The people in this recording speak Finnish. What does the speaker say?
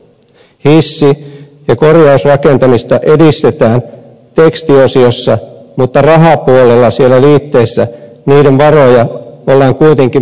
hissi ja korjausrakentamista edistetään tekstiosiossa mutta rahapuolella siellä liitteissä sen varoja ollaan kuitenkin vähentämässä